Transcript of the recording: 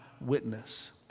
witness